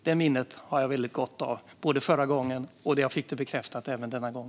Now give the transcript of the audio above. Det har jag väldigt gott minne av från förra gången, och jag fick det bekräftat även denna gång.